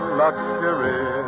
luxury